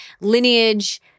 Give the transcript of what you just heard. lineage